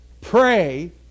pray